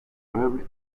meuble